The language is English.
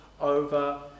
over